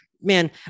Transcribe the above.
man